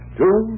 two